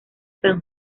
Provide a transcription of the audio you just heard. san